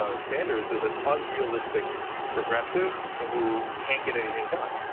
ah sanders as an unrealistic progressive who can't get anything done.